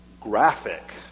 graphic